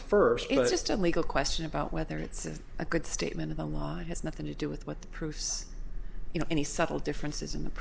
the first it was just a legal question about whether it's a good statement in line has nothing to do with what the proofs you know any subtle differences in the